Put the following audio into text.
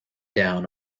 down